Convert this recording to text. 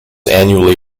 annually